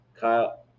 Kyle